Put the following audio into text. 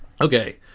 Okay